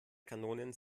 kanonen